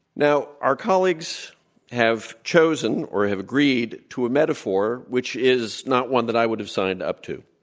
now, our colleagues have chosen or have agreed to a metaphor which is not one that i would have signed up to.